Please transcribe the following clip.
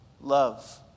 love